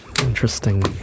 Interesting